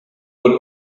would